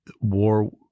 war